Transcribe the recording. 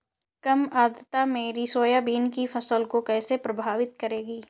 कम आर्द्रता मेरी सोयाबीन की फसल को कैसे प्रभावित करेगी?